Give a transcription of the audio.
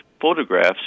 photographs